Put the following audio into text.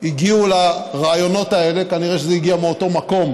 הגיעו לרעיונות האלה, כנראה זה הגיע מאותו מקום,